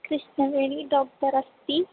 Krishnaveni doctor अस्ति